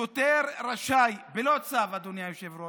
שוטר רשאי בלא צו חיפוש משופט, אדוני היושב-ראש,